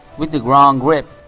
with the wrong grip,